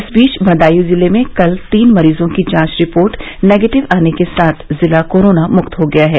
इस बीच बदायूं जिले में कल तीन मरीजों की जांच रिपोर्ट निगेटिव आने के साथ जिला कोरोना मृक्त हो गया है